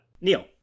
Neil